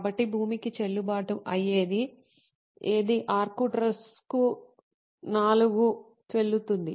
కాబట్టి భూమికి చెల్లుబాటు అయ్యేది ఏదీ ఆర్క్టురస్కు IV Arcturus IV చెల్లుతుంది